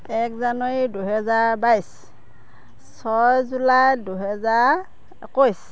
এক জানুৱাৰী দুহেজাৰ বাইছ ছয় জুলাই দুহেজাৰ একৈছ